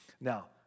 Now